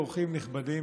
אורחים נכבדים